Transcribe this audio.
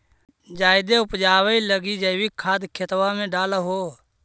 जायदे उपजाबे लगी जैवीक खाद खेतबा मे डाल हो?